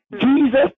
Jesus